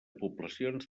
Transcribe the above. poblacions